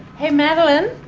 hey madeline?